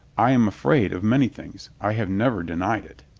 i am afraid of many things. i have never denied it.